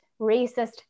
racist